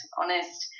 honest